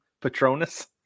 Patronus